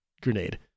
grenade